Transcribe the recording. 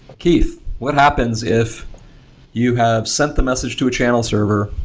keith, what happens if you have sent the message to a channel server,